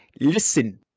Listen